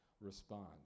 respond